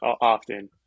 often